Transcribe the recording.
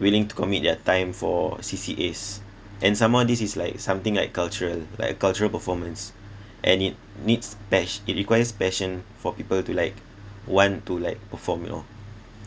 willing to commit their time for C_C_As and some more this is like something like cultural like cultural performance and it needs pass~ it requires passion for people to like want to like perform you know